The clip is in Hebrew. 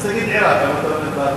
אז תגיד "עירק", למה אתה אומר "בבל"?